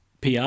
PR